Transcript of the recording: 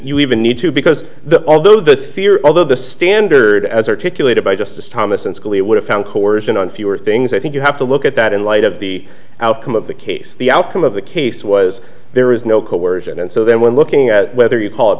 you even need to because the although the theory although the standard as articulated by justice thomas and scalia would have found coercion on fewer things i think you have to look at that in light of the outcome of the case the outcome of the case was there is no coercion and so then when looking at whether you call it